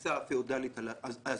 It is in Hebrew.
מהתפיסה הפיאודלית הנזכרת.